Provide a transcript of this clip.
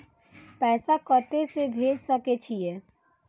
पैसा कते से भेज सके छिए?